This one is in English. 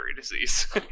disease